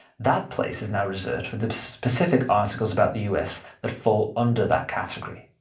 that place is now reserved for the specific articles about the us that fall under that category.